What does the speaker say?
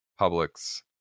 Publix